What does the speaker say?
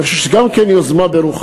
אני חושב שזו גם כן יוזמה ברוכה.